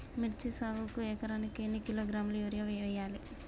మిర్చి సాగుకు ఎకరానికి ఎన్ని కిలోగ్రాముల యూరియా వేయాలి?